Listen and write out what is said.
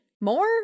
more